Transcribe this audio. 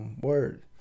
word